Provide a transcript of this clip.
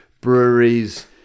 breweries